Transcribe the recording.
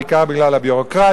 בעיקר בגלל הביורוקרטיה.